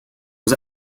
was